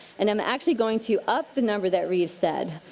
and i'm actually going to up the number that reeves said,